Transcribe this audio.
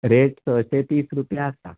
rate संयशें तीस रुपया आसा